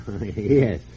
Yes